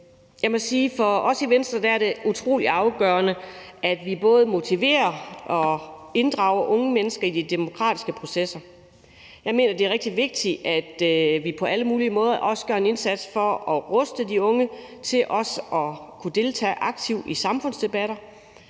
Jeg må sige, at for os i Venstre er det utrolig afgørende, at vi både motiverer og inddrager unge mennesker i de demokratiske processer. Jeg mener, at det er rigtig vigtigt, at vi på alle mulige måder gør en indsats for at ruste de unge til også at kunne deltage aktivt i samfundsdebatter